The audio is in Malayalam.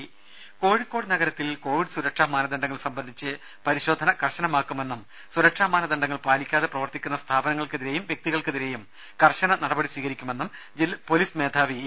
രുമ കോഴിക്കോട് നഗരത്തിൽ കോവിഡ് സുരക്ഷാ മാനദണ്ഡങ്ങൾ സംബന്ധിച്ച് പരിശോധന കർശനമാക്കുമെന്നും സുരക്ഷാ പാലിക്കാതെ പ്രവർത്തിക്കുന്ന മാനദണ്ഡങ്ങൾ സ്ഥാപനങ്ങൾക്കെതിരേയും വ്യക്തികൾക്കെതിരേയും കർശന നടപടി സ്വീകരിക്കുമെന്നും സിറ്റി പോലീസ് മേധാവി എ